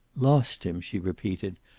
lost him, she repeated.